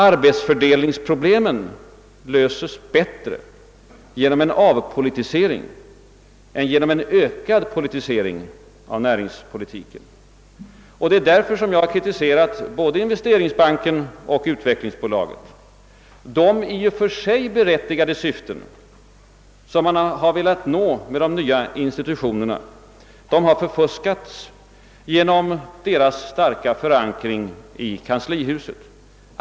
Arbetsförmedlingsproblemen löses bättre genom en avpolitisering än genom en ökad politisering av näringspolitiken. Det är därför som jag kritiserat både Investeringsbanken och utvecklingsbolaget. De i och för sig berättigade syften som man har velat nå med de nya institutionerna har förfuskats genom deras starka förankring i kanslihuset.